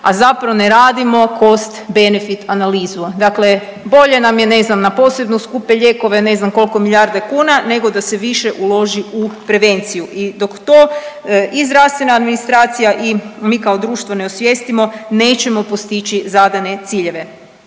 a zapravo ne radimo cost benefit analizu. Dakle, bolje nam je ne znam na posebno skupe lijekove ne znam koliko miljarde kuna nego da se više uloži u prevenciju. I dok to i zdravstvena administracija i mi kao društvo ne osvijestimo nećemo postići zadane ciljeve.